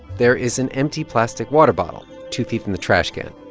there is an empty plastic water bottle two feet from the trashcan.